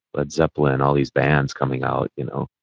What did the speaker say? led zeppelin and all these bands coming out, you know.